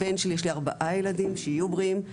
הבן שלי, יש לי ארבעה ילדים, שיהיו בריאים.